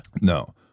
No